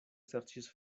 serĉis